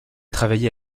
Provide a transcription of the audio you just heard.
travaillé